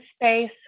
space